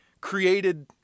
created